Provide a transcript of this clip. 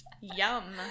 yum